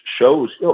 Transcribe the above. shows